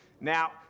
Now